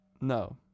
no